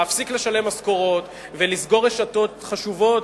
להפסיק לשלם משכורות ולסגור רשתות חשובות,